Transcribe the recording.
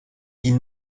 die